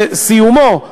סיומו,